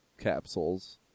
capsules